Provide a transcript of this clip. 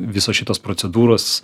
visos šitos procedūros